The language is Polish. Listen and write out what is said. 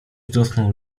dotknął